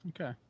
Okay